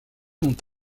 ont